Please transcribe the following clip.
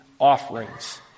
offerings